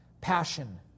passion